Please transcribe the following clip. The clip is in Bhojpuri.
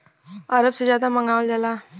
अरब से जादा मंगावल जाला